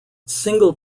single